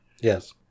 Yes